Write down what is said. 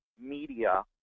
media